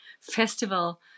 Festival